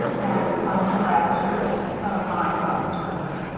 max climbing the ladders with the end of the line about his wrist.